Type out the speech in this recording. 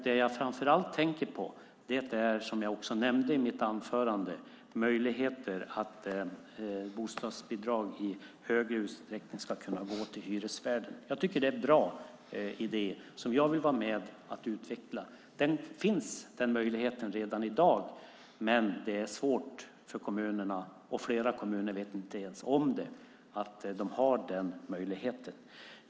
Det jag framför allt tänker på är, som jag också nämnde i mitt anförande, möjligheter till att bostadsbidrag i större utsträckning ska kunna gå till hyresvärdarna. Det är en bra idé som jag vill vara med och utveckla. Den möjligheten finns redan i dag, men det är svårt för kommunerna, och flera kommuner vet inte ens om att de har den möjligheten.